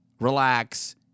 Relax